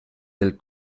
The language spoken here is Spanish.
del